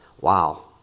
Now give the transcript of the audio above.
wow